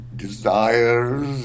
Desires